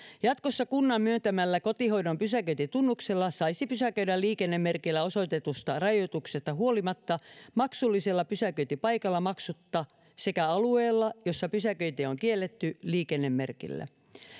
jatkossa kunnan myöntämällä kotihoidon pysäköintitunnuksella saisi pysäköidä liikennemerkillä osoitetusta rajoituksesta huolimatta maksullisella pysäköintipaikalla maksutta sekä alueella jossa pysäköinti on on kielletty liikennemerkillä